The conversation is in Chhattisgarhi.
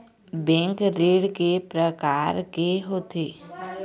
बैंक ऋण के प्रकार के होथे?